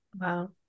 Wow